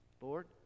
Lord